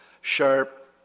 sharp